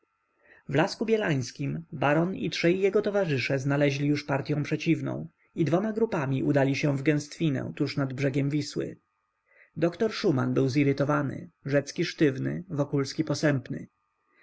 w lasku bielańskim baron i trzej jego towarzysze znaleźli już partyą przeciwną i dwoma grupami udali się w gęstwinę tuż nad brzegiem wisły doktor szuman był zirytowany rzecki sztywny wokulski posępny